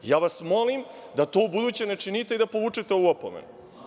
Ja vas molim da to ubuduće ne činite i da povučete ovu opomenu.